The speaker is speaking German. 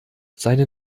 seine